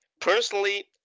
personally